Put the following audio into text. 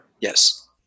Yes